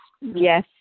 Yes